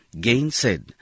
gainsaid